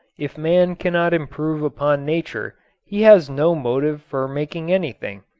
if man cannot improve upon nature he has no motive for making anything.